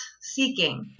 seeking